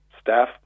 staff